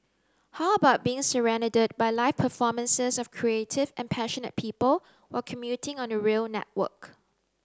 how about being serenaded by live performances of creative and passionate people while commuting on the rail network